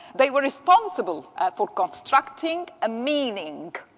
they were responsible for constructing a meaning.